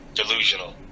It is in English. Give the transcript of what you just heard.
delusional